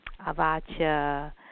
Avacha